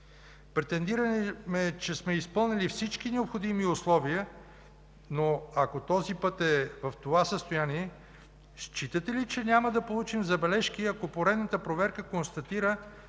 Претендираме, че сме изпълнили всички необходими условия, но, ако този път е в това състояние, считате ли че няма да получим забележки, ако поредната проверка констатира